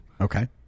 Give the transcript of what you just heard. Okay